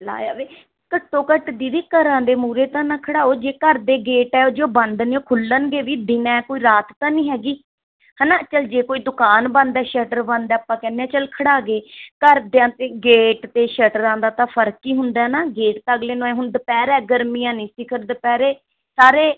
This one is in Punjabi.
ਲਾ ਆਵੇ ਘੱਟੋ ਘੱਟ ਦੀਦੀ ਘਰਾਂ ਦੇ ਮੂਹਰੇ ਤਾਂ ਨਾ ਖੜ੍ਹਾਓ ਜੇ ਘਰ ਦੇ ਗੇਟ ਹੈ ਜੇ ਉਹ ਬੰਦ ਨੇ ਉਹ ਖੁੱਲਣਗੇ ਵੀ ਦਿਨ ਹੈ ਕੋਈ ਰਾਤ ਤਾਂ ਨਹੀਂ ਹੈਗੀ ਹੈ ਨਾ ਚੱਲ ਜੇ ਕੋਈ ਦੁਕਾਨ ਬੰਦ ਹੈ ਸ਼ੱਟਰ ਬੰਦ ਹੈ ਆਪਾਂ ਕਹਿੰਦੇ ਹਾਂ ਚੱਲ ਖੜ੍ਹਾ ਗਏ ਘਰ ਦਿਆਂ ਦੇ ਗੇਟ ਅਤੇ ਸ਼ੱਟਰਾਂ ਦਾ ਤਾਂ ਫ਼ਰਕ ਹੀ ਹੁੰਦਾ ਹੈ ਨਾ ਗੇਟ ਤਾਂ ਅਗਲੇ ਨੇ ਐਂ ਹੁਣ ਦੁਪਹਿਰ ਹੈ ਗਰਮੀਆਂ ਨੇ ਸਿਖ਼ਰ ਦੁਪਹਿਰੇ ਸਾਰੇ